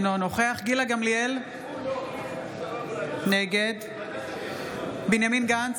אינו נוכח גילה גמליאל, נגד בנימין גנץ,